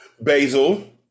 basil